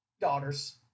daughters